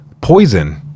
poison